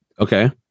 Okay